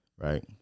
right